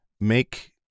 Make